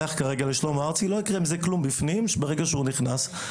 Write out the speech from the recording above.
לא יקרה כלום בפנים ברגע שהוא נכנס.